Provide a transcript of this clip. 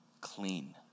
clean